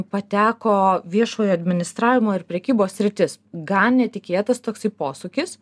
pateko viešojo administravimo ir prekybos sritis gan netikėtas toksai posūkis